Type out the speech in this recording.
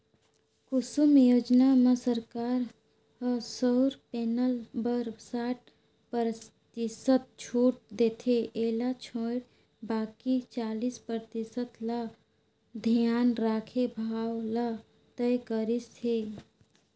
कुसुम योजना म सरकार ह सउर पेनल बर साठ परतिसत छूट देथे एला छोयड़ बाकि चालीस परतिसत ल धियान राखके भाव ल तय करिस हे